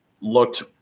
looked